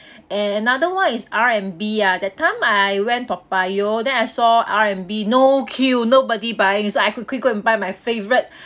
and another one is R&B ah that time I went toa payoh then I saw R&B no queue nobody buying so I quickly go and buy my favourite